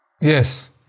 Yes